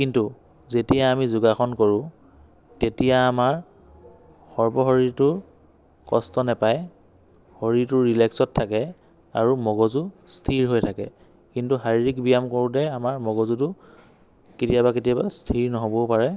কিন্তু যেতিয়া আমি যোগাসন কৰোঁ তেতিয়া আমাৰ সৰ্ব শৰীৰটো কষ্ট নাপায় শৰীৰটো ৰিলেক্সত থাকে আৰু মগজু স্থিৰ হৈ থাকে আৰু শাৰীৰিক ব্যায়াম কৰোঁতে আমাৰ মগজুটো কেতিয়াবা কেতিয়াবা স্থিৰ নহ'বও পাৰে